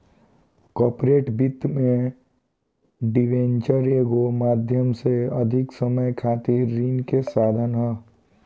corporate वित्त में debenture एगो माध्यम से अधिक समय खातिर ऋण के साधन ह